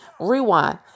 rewind